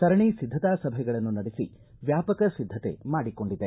ಸರಣಿ ಸಿದ್ಧತಾ ಸಭೆಗಳನ್ನು ನಡೆಸಿ ವ್ಯಾಪಕ ಸಿದ್ದತೆ ಮಾಡಿಕೊಂಡಿದೆ